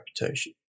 reputation